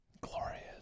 Glorious